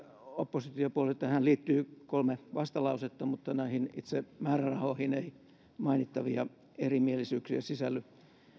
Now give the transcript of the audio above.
oppositiopuolueilta tähän liittyy kolme vastalausetta mutta näihin itse määrärahoihin ei mainittavia erimielisyyksiä sisälly